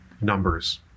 numbers